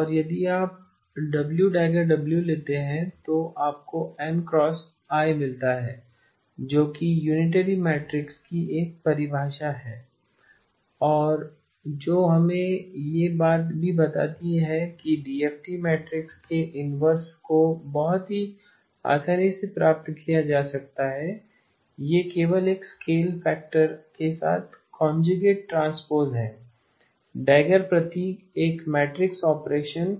और यदि आप W†W लेते हैं तो आपको NI मिलता है जो कि यूनिटरी मैट्रिक्स की एक परिभाषा है और जो हमें यह भी बताती है कि डीएफटी मैट्रिक्स के इनवर्स को बहुत ही आसानी से प्राप्त किया जा सकता है यह केवल एक स्केल फैक्टर के साथ कॉनज्युगेट ट्रांसपोज़ है डैगर प्रतीक एक मैट्रिक्स ऑपरेशन